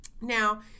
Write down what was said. Now